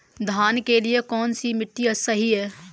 धान के लिए कौन सी मिट्टी सही है?